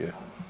Je?